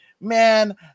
man